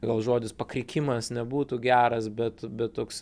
gal žodis pakrikimas nebūtų geras bet bet toks